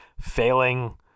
failing